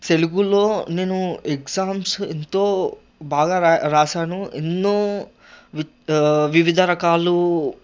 తెలుగులో నేనూ ఎగ్జామ్స్ ఎంతో బాగా రా రాసాను ఎన్నో వి వివిధరకాలు